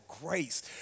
grace